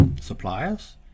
suppliers